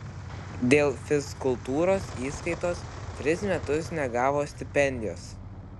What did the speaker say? dėl fizkultūros įskaitos tris metus negavo stipendijos